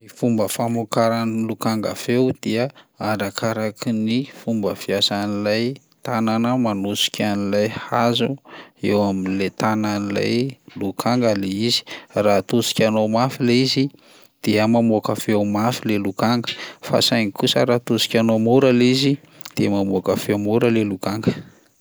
Ny fomba famokaran'ny lokanga feo dia arakaraky ny fomba fiasan'ilay tanana manosika an'ilay hazo eo amin'ilay tanan'ilay lokanga le izy, raha atosikanao mafy ilay izy dia mamoaka feo mafy ilay lokanga, fa saingy kosa raha atosikanao mora lay izy de mamoaka feo mora lay lokanga.